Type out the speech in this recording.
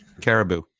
Caribou